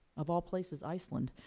of all places, iceland.